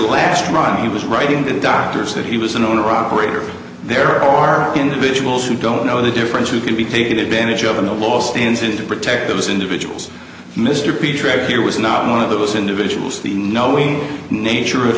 last ride he was writing and doctors that he was an owner operator there are individuals who don't know the difference who can be taken advantage of the law stands in to protect those individuals mr beecher here was not one of those individuals the knowing nature of